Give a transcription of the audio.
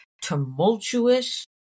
tumultuous